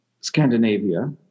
Scandinavia